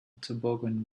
toboggan